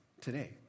today